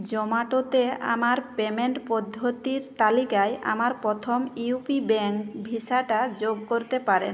জোম্যাটোতে আমার পেমেন্ট পদ্ধতির তালিকায় আমার প্রথম ইউপি ব্যাঙ্ক ভিসাটা যোগ করতে পারেন